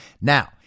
now